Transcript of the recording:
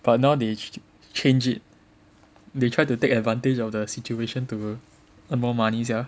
but now they changed it they try to take advantage of the situation to earn more money sia